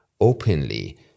openly